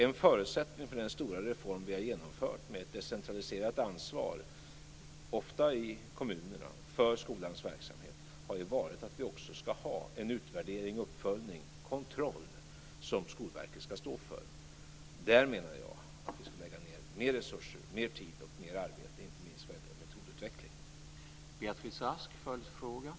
En förutsättning för den stora reform som vi har genomfört med ett decentraliserat ansvar, ofta i kommunerna, för skolans verksamhet har varit att vi också ska en utvärdering och en uppföljning, kontroll, som Skolverket ska stå för. Där menar jag att vi ska lägga ned mer resurser, mer tid och mer arbete inte minst vad gäller metodutveckling.